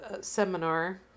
seminar